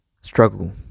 struggle